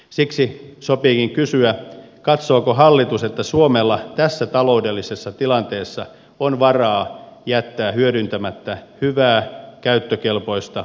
siksi sopiikin kysyä katsooko hallitus että suomella tässä taloudellisessa tilanteessa on varaa jättää hyödyntämättä hyvää käyttökelpoista yksikköä